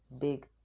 big